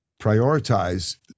prioritize